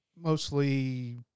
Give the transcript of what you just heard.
mostly